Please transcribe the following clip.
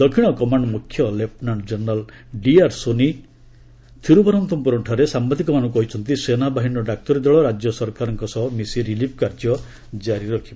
ଦକ୍ଷିଣ କମାଣ୍ଡ ମୁଖ୍ୟ ଲେଫ୍ଟନାଙ୍କ ଜେନେରାଲ ଡିଆର୍ ସୋନି ଥିରୁବନନ୍ତପୁରମଠାରେ ସାମ୍ବାଦିକମାନଙ୍କୁ କହିଛନ୍ତି ସେନା ବାହିନୀର ଡାକ୍ତରୀ ଦଳ ରାଜ୍ୟ ସରକାରଙ୍କ ସହ ମିଶି ରିଲିଫ କାର୍ଯ୍ୟ ଜାରି ରଖିବ